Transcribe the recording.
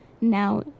now